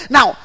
Now